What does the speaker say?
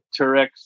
Turex